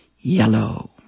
Yellow